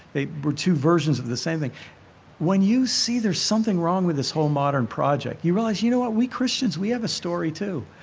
they were two versions of the same thing when you see there's something wrong with this whole modern project, you realize you what know what? we christians, we have a story too.